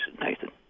Nathan